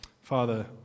Father